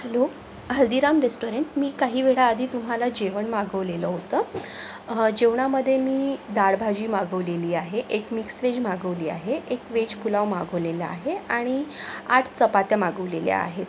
hello Haldiram restaurant मी काही वेळाआधी तुम्हाला जेवण मागवलेलं होतं जेवणामधे मी डाळभाजी मागवलेली आहे एक मिक्स वेज मागवली आहे एक वेज पुलाव मागवलेला आहे आणि आठ चपात्या मागवलेल्या आहे